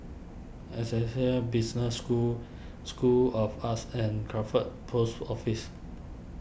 Essec Business School School of Arts and Crawford Post Office